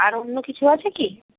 আর অন্য কিছু আছে কি